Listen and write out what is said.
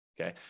Okay